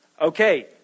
Okay